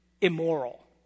immoral